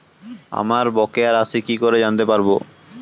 আমার বকেয়া রাশি কি করে জানতে পারবো?